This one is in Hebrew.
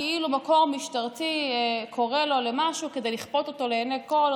כאילו מקור משטרתי קורא לו למשהו כדי לכפות אותו לעיני כול,